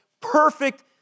perfect